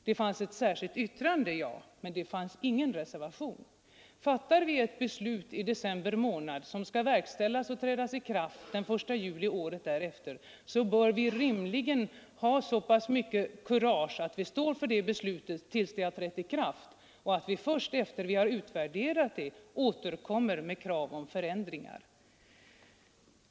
Det fanns ett särskilt yttrande också, men det fanns ingen reservation. Och fattar vi ett beslut i december månad som skall verkställas och träda i kraft 1 juli året därefter, bör vi rimligen ha så pass mycket kurage att vi står för det beslutet tills det har trätt i kraft. Först efter det att det skett en utvärdering kan vi återkomma med krav om förändringar.